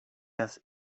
das